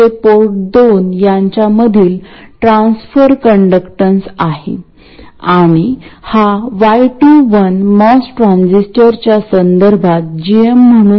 जर तुम्हाला जुने सर्किट आठवत असेल तर आपल्याकडे येथे R1 आणि R2 पॅरलल मध्ये होते आणि त्यानंतर आपल्या कडे ड्रेन बायस रजिस्टर RD होता